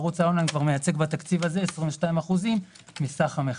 ערוץ האון-ליין מייצג בתקציב הזה כבר 22% מסך המכירות.